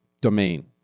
domain